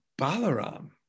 Balaram